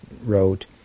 wrote